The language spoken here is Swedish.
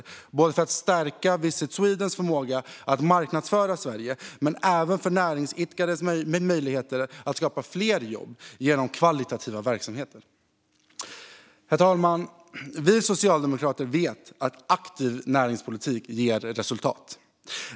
Det handlar både om att stärka Visit Swedens förmåga att marknadsföra Sverige och om näringsidkares möjligheter att skapa fler jobb genom verksamheter med god kvalitet. Herr talman! Vi socialdemokrater vet att en aktiv näringslivspolitik ger resultat.